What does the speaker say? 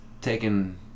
taking